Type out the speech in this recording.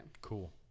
Cool